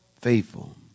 Faithful